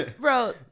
Bro